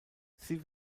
sie